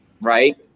right